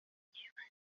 hey